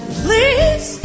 please